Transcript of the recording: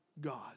God